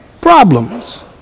problems